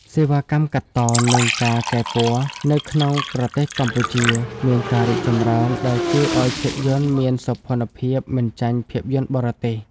សេវាកម្មកាត់ត និងការកែពណ៌ នៅក្នុងប្រទេសកម្ពុជាមានការរីកចម្រើន ដែលជួយឱ្យភាពយន្តមានសោភ័ណភាពមិនចាញ់ភាពយន្តបរទេស។